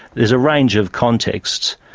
there's a range of contexts,